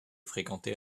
fréquenté